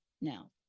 now